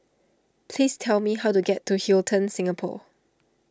please tell me how to get to Hilton Singapore